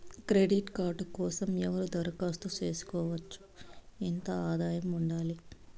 Credit card కోసం ఎవరు దరఖాస్తు చేసుకోవచ్చు? ఎంత ఆదాయం ఉండాలి?